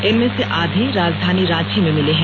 इनमें से आधे राजधानी रांची में मिले हैं